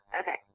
Okay